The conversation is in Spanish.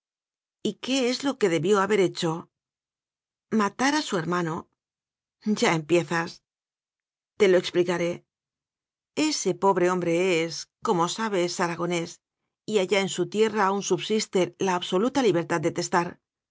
cárcel y es lo que debió haber hecho matar a su hermano ya empiezas te lo explicaré ese pobre hombre es como sabes aragonés y allá en su tierra aún subsiste la absoluta libertad de testar